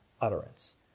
utterance